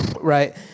right